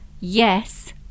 yes